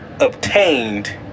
Obtained